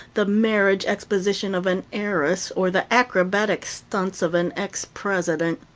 the marriage exposition of an heiress, or the acrobatic stunts of an ex-president.